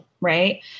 right